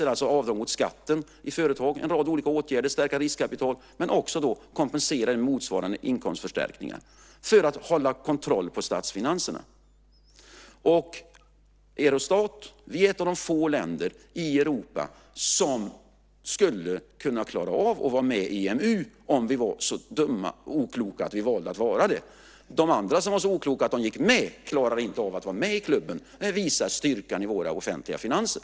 Vi vill ha avdrag mot skatten i företag för forskningsinsatser, stärka riskkapital och kompensera med motsvarande inkomstförstärkningar - detta för att hålla kontroll på statsfinanserna. När det gäller Eurostat är vi ett av de få länder i Europa som skulle kunna klara av att vara med i EMU, om vi var så dumma och okloka att vi valde att vara det. De andra som var så okloka att de gick med klarar inte av att vara med i klubben. Det visar styrkan i våra offentliga finanser.